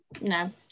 No